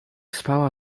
spała